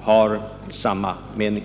har samma mening.